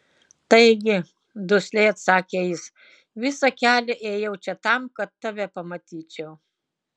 taigi dusliai atsakė jis visą kelią ėjau čia tam kad tave pamatyčiau